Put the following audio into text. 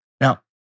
Now